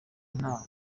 nta